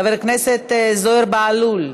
חבר הכנסת זוהיר בהלול,